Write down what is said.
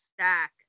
stack